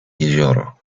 jezioro